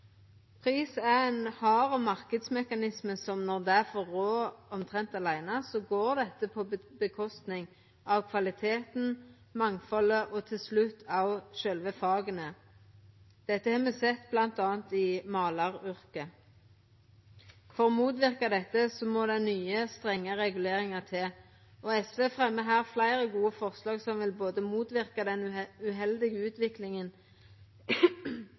Pris er ein hard marknadsmekanisme, og når han får rå omtrent åleine, går det på kostnad av kvaliteten, mangfaldet og til slutt òg sjølve faga. Dette har me sett bl.a. i målaryrket. For å motverka dette må det nye, strenge reguleringar til. SV fremjar her fleire gode forslag som både vil motverka den uheldige utviklinga